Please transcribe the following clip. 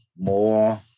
more